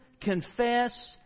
confess